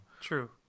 True